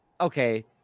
okay